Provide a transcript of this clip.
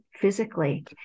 physically